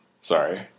sorry